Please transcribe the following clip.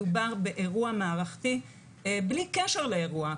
מדובר באירוע מערכתי בלי קשר לאירוע הקורונה.